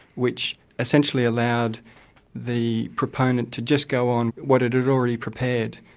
which essentially allowed the proponent to just go on what it had already prepared.